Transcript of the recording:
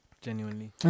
genuinely